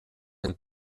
een